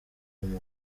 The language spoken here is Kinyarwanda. hazaza